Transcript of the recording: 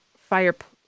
fireplace